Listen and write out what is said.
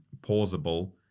pausable